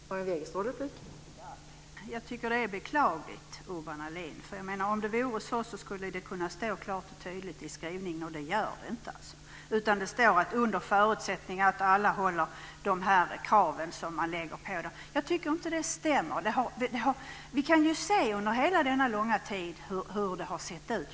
Fru talman! Jag tycker att detta är beklagligt, Urban Ahlin. Om det vore så så skulle det kunna stå klart och tydligt i skrivningen, och det gör det inte. Det står: Under förutsättning att alla uppfyller de krav som man ställer på dem. Jag tycker inte att detta stämmer. Vi kan ju se hur det har sett ut under hela denna långa tid.